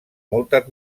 moltes